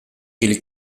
kili